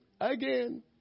again